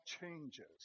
changes